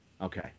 Okay